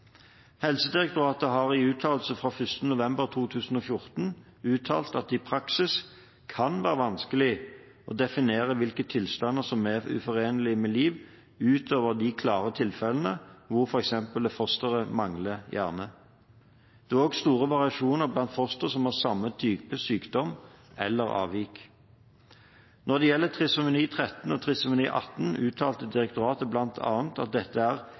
Helsedirektoratet har i uttalelse fra 1. november 2014 uttalt at i praksis kan det være vanskelig å definere hvilke tilstander som er uforenelige med liv, utover de klare tilfellene hvor f.eks. fosteret mangler hjerne. Det er også store variasjoner blant fostre som har samme type sykdom eller avvik. Når det gjelder trisomi 13 og trisomi 18, uttalte direktoratet bl.a. at dette er